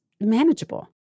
manageable